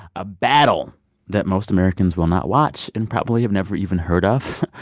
a battle that most americans will not watch and probably have never even heard of.